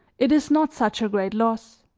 it is not such a great loss.